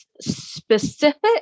specific